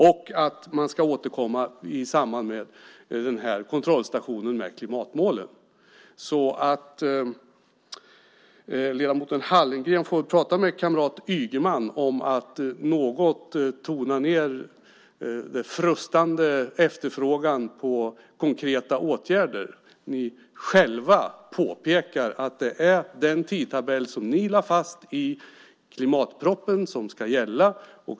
Det står också att man ska återkomma med klimatmålen i samband med kontrollstationen. Ledamoten Hallengren får prata med kamraten Ygeman om att något tona ned den frustande efterfrågan på konkreta åtgärder. Ni påpekar själva att det är den tidtabell som ni lade fast i klimatpropositionen som ska gälla.